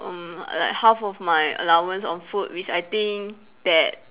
mm like half of my allowance on food which I think that